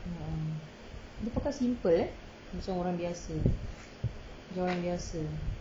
ah dia pakai simple eh macam orang biasa macam orang biasa